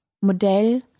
Modell